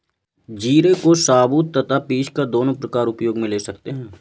जीरे को साबुत तथा पीसकर दोनों प्रकार उपयोग मे ले सकते हैं